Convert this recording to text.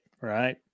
Right